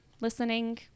listening